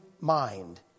mind